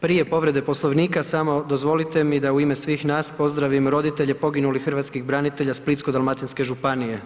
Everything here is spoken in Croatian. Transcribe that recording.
Prije povrede Poslovnika samo dozvolite mi da u ime svih nas pozdravim roditelje poginulih hrvatskih branitelja Splitsko-dalmatinske županije.